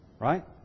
Right